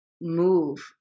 move